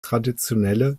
traditionelle